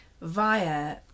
via